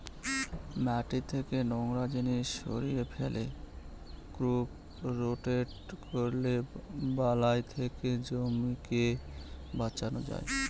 মাটি থেকে নোংরা জিনিস সরিয়ে ফেলে, ক্রপ রোটেট করলে বালাই থেকে জমিকে বাঁচানো যায়